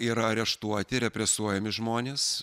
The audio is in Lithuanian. yra areštuoti represuojami žmonės